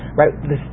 right